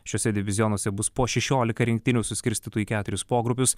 šiuose divizionuose bus po šešiolika rinktinių suskirstytų į keturis pogrupius